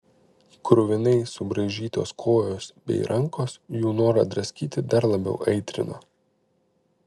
kruvinai subraižytos kojos bei rankos jų norą draskyti dar labiau aitrino